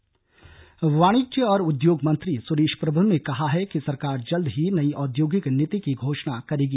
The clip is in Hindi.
उपलब्धियां वाणिज्य और उद्योग मंत्री सुरेश प्रभु ने कहा है कि सरकार जल्दी ही नई औद्योगिक नीति की घोषणा करेगी